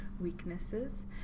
weaknesses